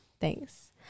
Thanks